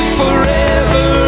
forever